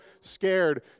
scared